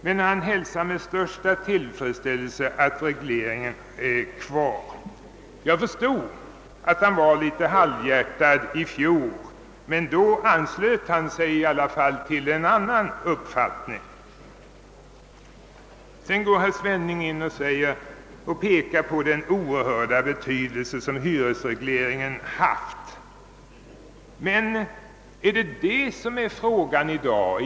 Men han hälsar med största tillfredsställelse att regleringen är kvar. Jag förstod att han i fjol var litet halvhjärtad, men då anslöt han sig i alla fall till en annan uppfattning. Sedan pekade herr Svenning på den oerhörda betydelse som hyresregleringen haft. Men är det detta som frågan i dag gäller?